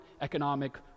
economic